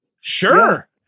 sure